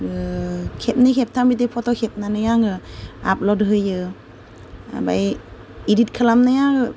खेबनै खेबथाम बिदि फट' खेबनानै आङो आपल'ड होयो ओमफ्राय एडिट खालामनाया